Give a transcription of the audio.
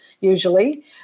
usually